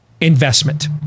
investment